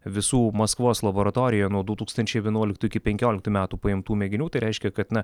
visų maskvos laboratorijoje nuo du tūkstančiai vienuoliktų iki penkioliktų metų paimtų mėginių tai reiškia kad na